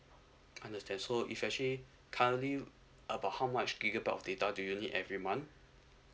understand so if actually currently about how much gigabyte of data do you need every month